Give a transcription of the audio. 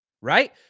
right